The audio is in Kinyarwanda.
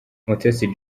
mutesi